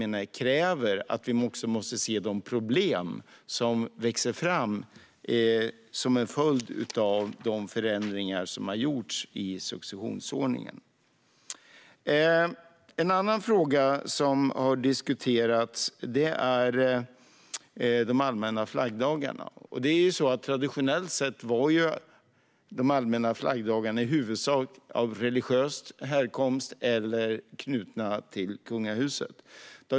Det kräver att vi även måste se de problem som växer fram som en följd av de förändringar som har gjorts i successionsordningen. En annan fråga som har diskuterats är de allmänna flaggdagarna. Traditionellt sett var de allmänna flaggdagarna i huvudsak av religiös härkomst eller knutna till kungahuset.